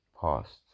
past